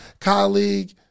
colleague